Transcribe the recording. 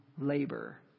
labor